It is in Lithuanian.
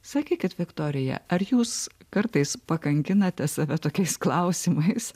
sakė kad viktorija ar jūs kartais pakankinate save tokiais klausimais